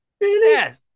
Yes